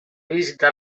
visitat